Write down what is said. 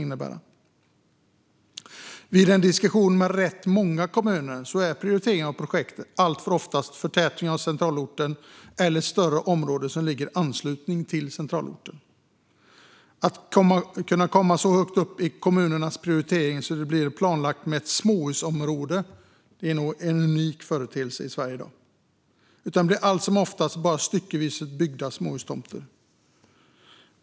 Utifrån diskussioner med rätt många kommuner framgår att prioriteringen av projekt alltför ofta utgörs av förtätning av centralorten eller ett större område som ligger i anslutning till centralorten. Att kunna komma så högt upp i kommunernas prioritering att ett småhusområde blir planlagt är en unik företeelse i Sverige i dag. Allt som oftast blir det bara styckevis byggda småhustomter.